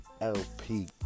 LP